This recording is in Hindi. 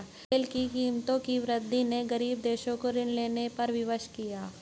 तेल की कीमतों की वृद्धि ने गरीब देशों को ऋण लेने पर विवश किया